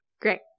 Great